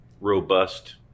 robust